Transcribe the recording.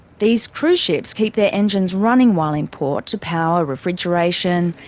these cruise ships keep their engines running while in port to power refrigeration,